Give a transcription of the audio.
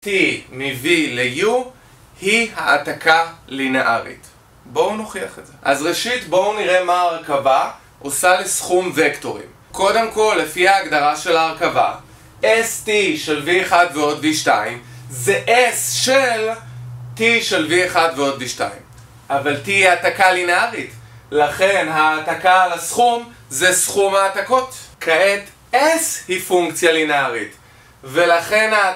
t מ-v ל-u היא העתקה לינארית. בואו נוכיח את זה. אז ראשית, בואו נראה מה ההרכבה עושה לסכום וקטורים. קודם כל, לפי ההגדרה של ההרכבה st של v1 ועוד v2 זה s של t של v1 ועוד v2 אבל t היא העתקה לינארית, לכן העתקה על הסכום זה סכום העתקות. כעת s היא פונקציה לינארית ולכן ה...